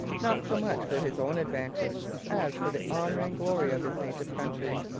not so much for his own advantage as for the honour and glory of his native country.